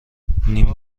نیم